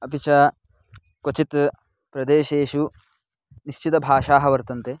अपि च क्वचित् प्रदेशेषु निश्चितभाषाः वर्तन्ते